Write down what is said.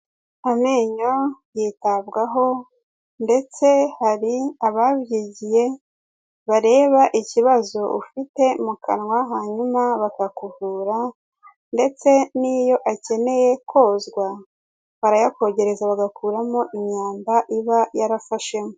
Amenyo yitabwaho ndetse hari ababyigiye bareba ikibazo ufite mu kanwa, hanyuma bakakuvura ndetse n'iyo akeneye kozwa barayakogereza, bagakuramo imyada iba yarafashemo.